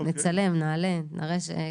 נצלם, נעלה ונראה שקיבלת.